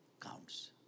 counts